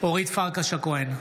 אורית פרקש הכהן,